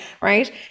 Right